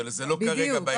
אבל זה לא כרגע באירוע הזה.